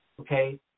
Okay